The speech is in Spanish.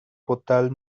portal